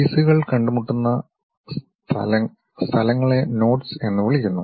പീസുകൾ കണ്ടുമുട്ടുന്ന സ്ഥലങ്ങളെ നോട്ട്സ് എന്ന് വിളിക്കുന്നു